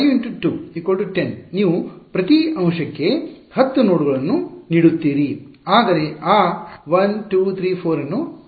5 × 2 10 ನೀವು ಪ್ರತಿ ಅಂಶಕ್ಕೆ 10 ನೋಡ್ಗಳನ್ನು ನೀಡುತ್ತೀರಿ ಆದರೆ ಆ 1 2 3 4 ಅನ್ನು ಹಂಚಿಕೊಳ್ಳಲಾಗುತ್ತದೆ